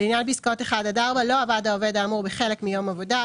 לעניין פסקאות (1) עד (4) לא עבד העובד האמור בחלק מיום העבודה,